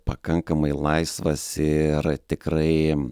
pakankamai laisvas ir tikrai